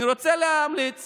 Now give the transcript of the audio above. אני רוצה להמליץ